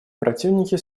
противники